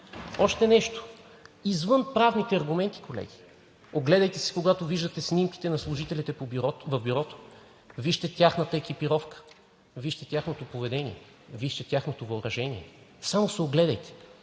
Още нещо, извън правните аргументи, колеги, огледайте се, когато виждате снимките на служителите в Бюрото. Вижте тяхната екипировка, вижте тяхното поведение, вижте тяхното въоръжение. Само се огледайте!